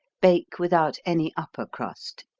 bake without any upper crust.